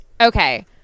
Okay